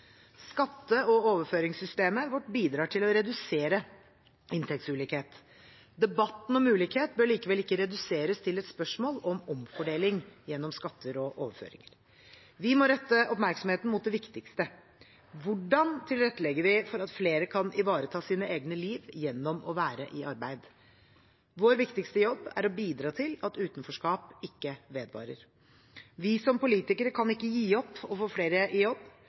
Skatte- og overføringssystemet vårt bidrar til å redusere inntektsulikhet. Debatten om ulikhet bør likevel ikke reduseres til et spørsmål om omfordeling gjennom skatter og overføringer. Vi må rette oppmerksomheten mot det viktigste: Hvordan tilrettelegger vi for at flere kan ivareta sitt eget liv gjennom å være i arbeid? Vår viktigste jobb er å bidra til at utenforskap ikke vedvarer. Vi som politikere kan ikke gi opp å få flere